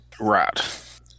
Right